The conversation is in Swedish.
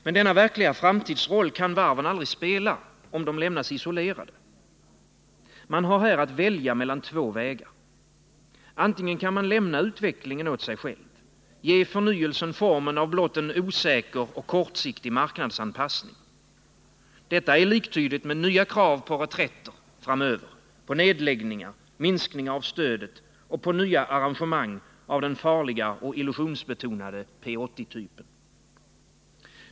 Men denna verkliga framtidsroll kan varven aldrig spela om de lämnas isolerade. Man har här att välja mellan två vägar. Den ena är att lämna utvecklingen åt sig själv, att ge förnyelsen formen av blott en osäker och kortsiktig marknadsanpassning. Detta är liktydigt med nya krav framöver på reträtter, nedläggningar och minskningar av stödet och på nya arrangemang av den farliga och illusionsbetonade P 80-typen.